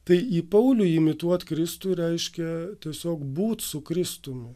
tai į paulių imituot kristų reiškia tiesiog būti su kristumi